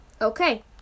Okay